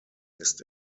ist